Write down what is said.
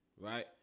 right